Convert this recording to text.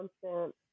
constant